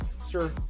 Sir